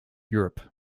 europe